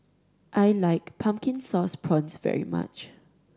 I like Pumpkin Sauce Prawns very much